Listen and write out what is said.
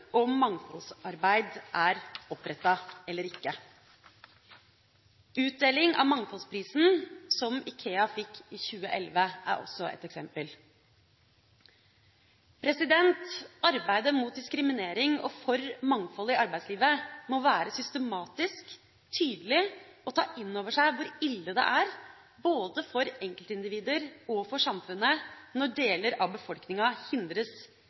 og om mangfoldsarbeid er opprettet. Utdeling av Mangfoldsprisen, som IKEA fikk i 2011, er også et eksempel. Arbeidet mot diskriminering og for mangfold i arbeidslivet må være systematisk, tydelig og ta inn over seg hvor ille det er både for enkeltindivider og for samfunnet når deler av befolkninga hindres